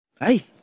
Ay